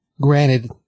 Granted